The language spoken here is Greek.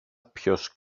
ποιος